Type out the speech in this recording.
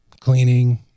cleaning